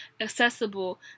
accessible